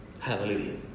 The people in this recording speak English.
Hallelujah